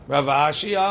Ravashi